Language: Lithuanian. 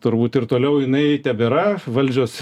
turbūt ir toliau jinai tebėra valdžios